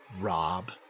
Rob